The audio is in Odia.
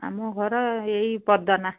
ଆମ ଘର ଏଇ ପଦନା